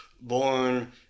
born